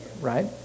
right